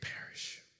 perish